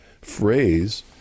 phrase